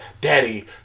Daddy